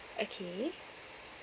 okay